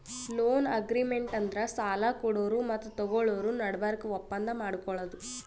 loan agreement ಅಂದ್ರ ಸಾಲ ಕೊಡೋರು ಮತ್ತ್ ತಗೋಳೋರ್ ನಡಬರ್ಕ್ ಒಪ್ಪಂದ್ ಮಾಡ್ಕೊಳದು